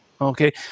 Okay